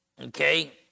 Okay